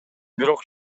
бирок